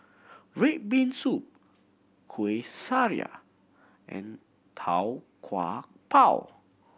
red bean soup Kueh Syara and Tau Kwa Pau